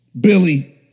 Billy